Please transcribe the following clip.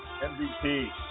MVP